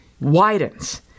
widens